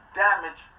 damage